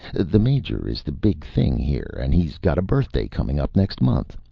the major is the big thing here and he's got a birthday coming up next month.